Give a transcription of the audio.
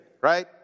right